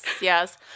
yes